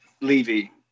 Levy